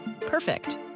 Perfect